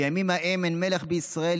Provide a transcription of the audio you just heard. "בימים ההם אין מלך בישראל,